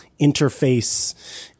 interface